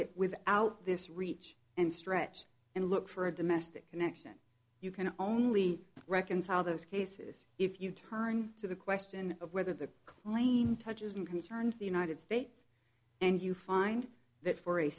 it with out this reach and stretch and look for a domestic connection you can only reconcile those cases if you turn to the question of whether the claim touches and concerns the united states and you find that for a